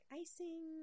icing